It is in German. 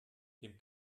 dem